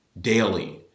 daily